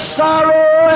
sorrow